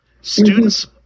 students